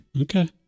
okay